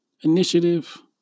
initiative